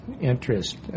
interest